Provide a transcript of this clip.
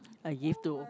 I give to